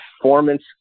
performance